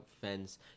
fence